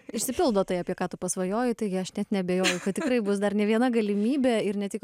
išsipildo tai apie ką tu pasvajoji taigi aš net neabejoju kad tikrai bus dar ne viena galimybė ir ne tik